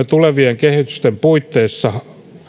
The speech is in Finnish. tulevien kehysten puitteissa